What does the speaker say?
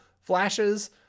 flashes